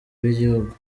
bw’igihugu